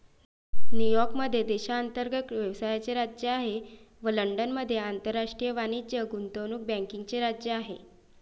New York मध्ये देशांतर्गत व्यवसायाचे राज्य आहे व लंडनमध्ये आंतरराष्ट्रीय वाणिज्य गुंतवणूक बँकिंगचे राज्य आहे